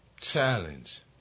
challenge